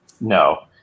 No